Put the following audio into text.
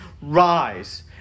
rise